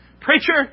Preacher